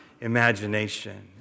imagination